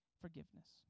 forgiveness